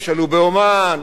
תשאלו בעומאן,